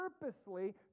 purposely